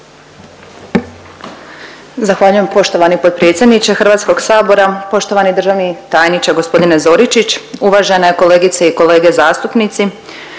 Zahvaljujem poštovani potpredsjedniče Hrvatskog sabora. Poštovani državni tajniče gospodine Zoričić, uvažene kolegice i kolege zastupnici,